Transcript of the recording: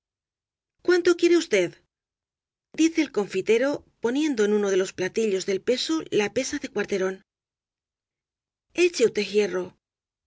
uánto quiere usted dice el confitero po niendo en uno de los platillos del peso la pesa de cuarterón eche usted jierro